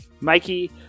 Mikey